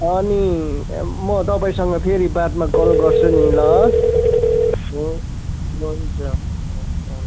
अनि म तपाईँसँग फेरि बादमा कल गर्छु नि ल हुन् हुन्छ हुन्छ हुन्छ हुन्छ